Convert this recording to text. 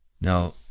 now